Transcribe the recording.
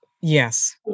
Yes